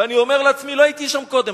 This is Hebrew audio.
ואני אומר לעצמי: לא הייתי שם קודם,